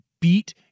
beat